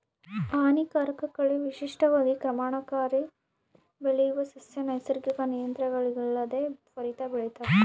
ಹಾನಿಕಾರಕ ಕಳೆ ವಿಶಿಷ್ಟವಾಗಿ ಕ್ರಮಣಕಾರಿ ಬೆಳೆಯುವ ಸಸ್ಯ ನೈಸರ್ಗಿಕ ನಿಯಂತ್ರಣಗಳಿಲ್ಲದೆ ತ್ವರಿತ ಬೆಳಿತಾವ